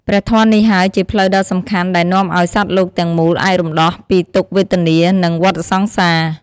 ព្រះធម៌នេះហើយជាផ្លូវដ៏សំខាន់ដែលនាំឲ្យសត្វលោកទាំងមូលអាចរំដោះពីទុក្ខវេទនា និងវដ្តសង្សារ។